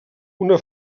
una